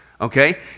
Okay